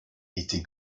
était